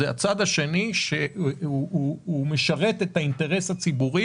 זה הצד השני שמשרת את האינטרס הציבורי